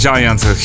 Giants